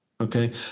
okay